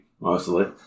Mostly